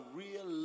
real